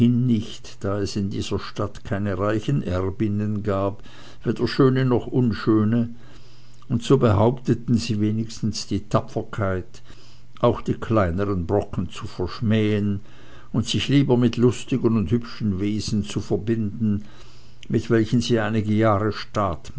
nicht da es in ihrer stadt keine reichen erbinnen gab weder schöne noch unschöne und so behaupteten sie wenigstens die tapferkeit auch die kleineren brocken zu verschmähen und sich lieber mit lustigen und hübschen wesen zu verbinden mit welchen sie einige jahre